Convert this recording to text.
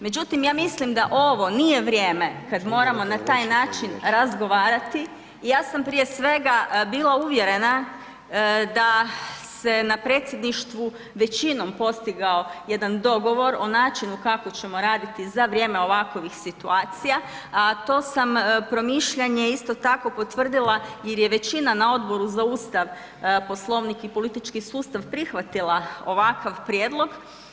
Međutim, ja mislim da ovo nije vrijeme kad moramo na taj način razgovarati i ja sam prije svega bila uvjerena da se na predsjedništvu većinom postigao jedan dogovor o načinu kako ćemo raditi za vrijeme ovakovih situacija, a to sam promišljanje isto tako potvrdila jer je većina na Odboru za Ustav, Poslovnik i politički sustav prihvatila ovakav prijedlog.